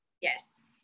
Yes